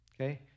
Okay